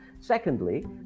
Secondly